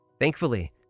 Thankfully